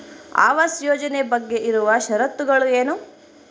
ಆವಾಸ್ ಯೋಜನೆ ಬಗ್ಗೆ ಇರುವ ಶರತ್ತುಗಳು ಏನು?